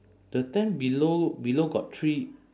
the tent below below got three